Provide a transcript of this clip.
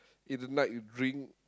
in the night you drink